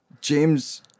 James